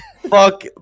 Fuck